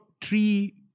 three